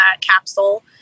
capsule